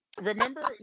remember